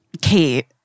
Kate